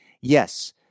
Yes